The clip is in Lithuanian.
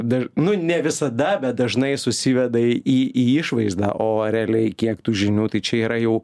dar nu ne visada bet dažnai susiveda į į išvaizda o va realiai kiek tų žinių tai čia yra jau